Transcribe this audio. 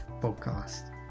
podcast